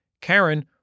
Karen